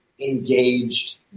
engaged